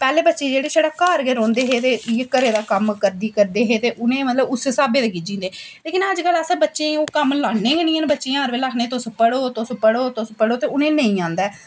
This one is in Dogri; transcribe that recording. पैह्लें बच्चे छड़ा घर गै रौंह्दे हे ते घरै दा कम्म करदे करदी हे ते उ'नें मतलब उस्सै स्हाबै दे गिज्झी जंदे हे लेकिन अज्जकल अस बच्चें गी ओह् कम्म लान्ने गै निं हैन बच्चें गी हर बेल्लै आखने तुस पढ़ो तुस पढ़ो तुस पढ़ो ते उ'नेंगी नेईं आंदा ऐ